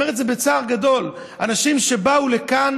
אני אומר את זה בצער גדול: אנשים שבאו לכאן